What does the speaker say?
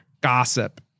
gossip